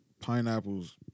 pineapples